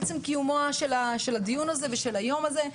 עצם קיומו של הדיון הזה ושל היום הזה,